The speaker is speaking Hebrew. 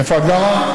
איפה את גרה?